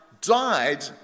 died